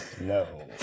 No